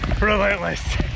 Relentless